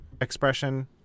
expression